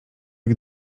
jak